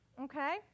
Okay